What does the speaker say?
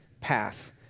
path